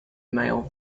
male